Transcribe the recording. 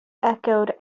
echoed